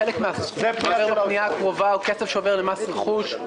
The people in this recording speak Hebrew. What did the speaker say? חלק מן הפנייה הקרובה הוא כסף שעובר למס רכוש.